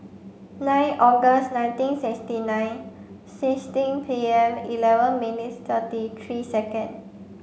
nine August nineteen sixty nine sixteen P M eleven minutes thirty three second